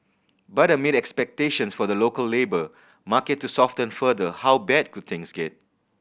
but amid expectations for the local labour market to soften further how bad could things get